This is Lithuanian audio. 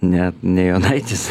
ne ne jonaitis